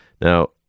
Now